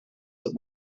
that